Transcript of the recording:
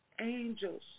angels